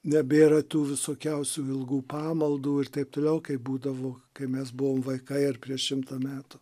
nebėra tų visokiausių ilgų pamaldų ir taip toliau kaip būdavo kai mes buvom vaikai ar prieš šimtą metų